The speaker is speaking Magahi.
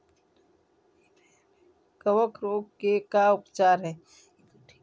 कबक रोग के का उपचार है?